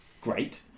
great